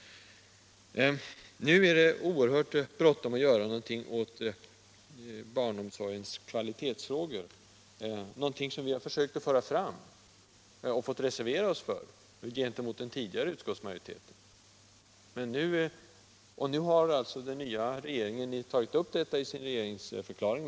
Nu är det plötsligt bråttom att göra något åt barnomsorgens kvalitetsfrågor — frågor som vi har försökt föra fram och fått reservera oss för gentemot den tidigare utskottsmajoriteten. Nu har alltså den nya regeringen tagit upp detta i sin regeringsförklaring.